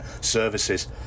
services